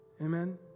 Amen